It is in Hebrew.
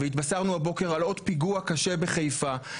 והתבשרנו הבוקר על עוד פיגוע קשה בחיפה,